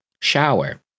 shower